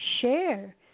share